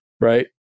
right